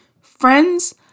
Friends